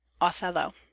othello